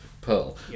pearl